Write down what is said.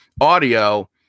audio